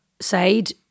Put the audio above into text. side